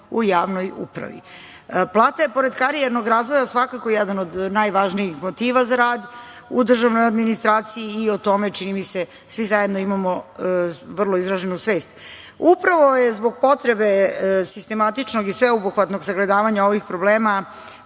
u javnoj upravi. Plata je, pored karijernog razvoja, svakako jedan od najvažnijeg motiva za rad u državnoj administraciji i o tome, čini mi se, svi zajedno imamo vrlo izraženu svest. Upravo je zbog potrebe sistematičnog i sveobuhvatnog sagledavanja ovih problema